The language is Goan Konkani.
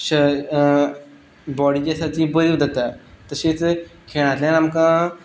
शर बॉडी जी आसा ती बरी जाता तशीच खेळांतल्यान आमकां